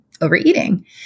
overeating